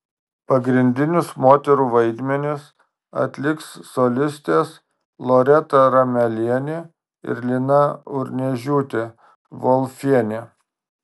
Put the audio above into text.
pagrindinius moterų vaidmenis atliks solistės loreta ramelienė ir lina urniežiūtė volfienė